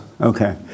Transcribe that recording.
Okay